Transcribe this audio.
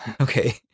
okay